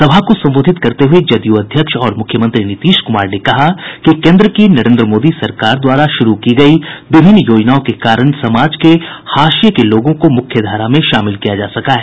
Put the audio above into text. सभा को संबोधित करते हुये जदयू अध्यक्ष और मुख्यमंत्री नीतीश कुमार ने कहा कि केन्द्र की नरेन्द्र मोदी सरकार द्वारा शुरू की गयी विभिन्न योजनाओं के कारण समाज के हाशिये के लोगों को मुख्य धारा में शामिल किया जा सका है